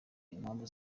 impamvu